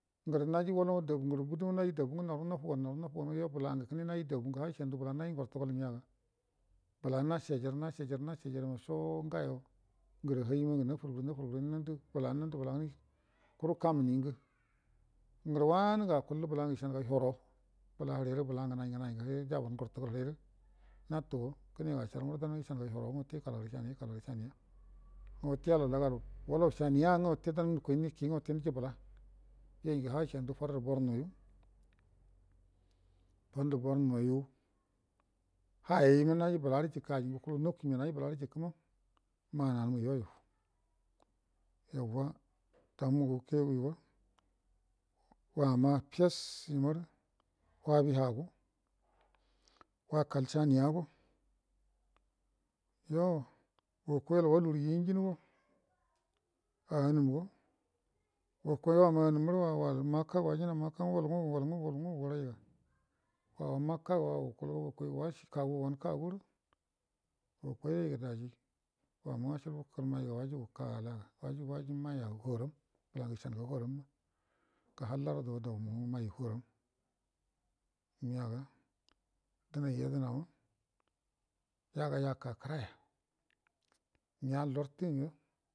Ngərə walau naji dabu kədə go noyi dabu nau nga nufa ninga nufa ninga naru nga nafugan yo bəlangə kəne naji daba kəne ishenə ga bəla ngortugal mega bəla nashajal nashajal ina shoo ngayə ngərə hai nangə nafurbur nafur bur nga kuru kuru kamuningə ngrə akullə bəla ngə ishanuga hero bəla hirerə bəla ngəla ngənai ngənai ngə hirerə jabau ngortuga yeyirə natuyo kengə asharnga wute ikalgu shaniya ikalgu shaniya nga wute yalallagaal walau nga wute kənengə nukai niki nga ute inji bəla yoyuga ha shandu farnu bəlayo ngudə borno yu hayeyi ma naji bəlarə jəkə nga ajingə kuluma nakur mega naji bəlarəjir nga maanan ma yoyu yanwa dau mu agə uke gu yogə wama fes yimarə whabi ha go wa kal shaniya go yo wakoi wall wagəri ingingi wau anumgo wakoi wama'a anum marə wau walu makka ga wall nga wu wall nga awuunu rai ga wawago makka ga wau ukul ga wakoi washi kaga ga wan kagurə wakai rai ga doyi wawa washi ibu karəmanga wajugu kala ga washilbu wa ji mai ga a huaram bəlangə ishanuga huaram ga hallado do daungə mai huaram miyaga kəne yedənama yake nya'a loktu ngə